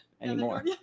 anymore